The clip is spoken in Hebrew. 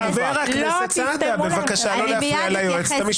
חבר הכנסת סעדה, בבקשה לא להפריע ליועצת המשפטית.